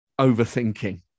overthinking